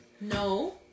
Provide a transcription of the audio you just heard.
No